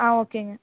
ஆ ஓகேங்க